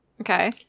Okay